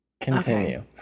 Continue